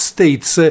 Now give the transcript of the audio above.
States